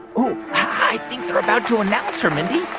ooh, i think they're about to announce her, mindy yeah